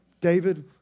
David